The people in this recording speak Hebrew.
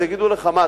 אז יגידו לך: מה,